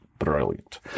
Brilliant